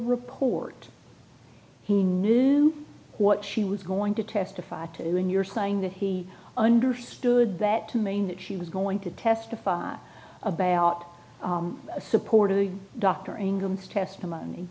report he knew what she was going to testify to when you're saying that he understood that to mean that she was going to testify about supporting dr incomes testimony